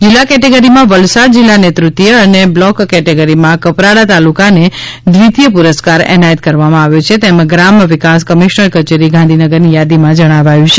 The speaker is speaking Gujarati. જિલ્લા કેટેગરીમાં વલસાડ જિલ્લાને તૃતીય અને બ્લોક કેટેગરીમાં કપરાડા તાલુકાને દ્વિતીય પુરસ્કાર એનાયત કરવામાં આવ્યો છે તેમ ગ્રામ વિકાસ કમિશનર કચેરી ગાંધીનગરની યાદીમાં જણાવાયુ છે